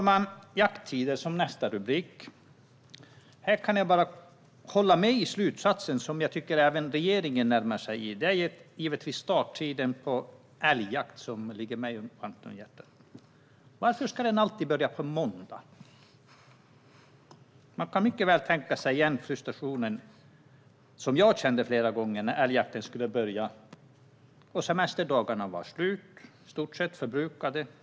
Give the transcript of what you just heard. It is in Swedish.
Jakttider är nästa rubrik. Här kan jag bara instämma i den slutsats som även regeringen närmar sig. Det gäller givetvis starttiden för älgjakten, som ligger mig varmt om hjärtat: Varför ska den alltid börja på en måndag? Jag kommer ihåg den frustration jag flera gånger kände när älgjakten skulle börja och semesterdagarna i stort sett var förbrukade.